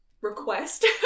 request